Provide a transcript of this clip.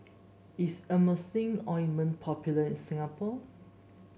is Emulsying Ointment popular in Singapore